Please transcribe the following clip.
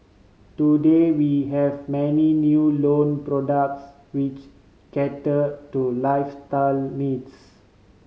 today we have many new loan products which cater to lifestyle needs